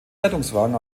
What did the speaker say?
rettungswagen